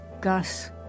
Gus